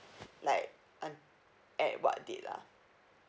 like an~ at what date lah